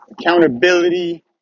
accountability